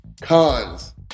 cons